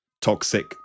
toxic